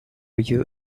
you